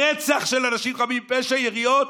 ברצח של אנשים חפים מפשע, יריות.